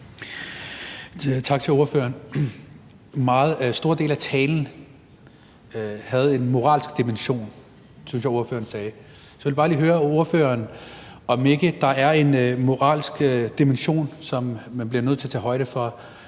Tak til ordføreren. Store dele af talen havde en moralsk dimension, synes jeg ordføreren sagde. Så jeg vil bare lige høre ordføreren, om ikke der er en moralsk dimension, som man bliver nødt til at tage højde for,